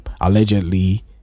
allegedly